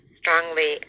strongly